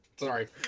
Sorry